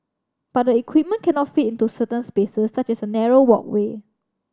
but the equipment cannot fit into certain spaces such as a narrow walkway